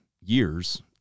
years